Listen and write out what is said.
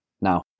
Now